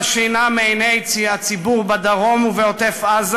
שינה מעיני הציבור בדרום ובעוטף-עזה.